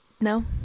No